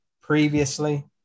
previously